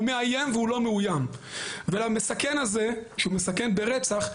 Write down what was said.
הוא מאיים והוא לא מאוים והמסכן הזה שהוא מסכן ברצח,